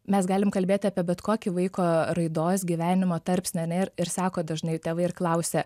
mes galim kalbėti apie bet kokį vaiko raidos gyvenimo tarpsnį ar ne ir sako dažnai tėvai ir klausia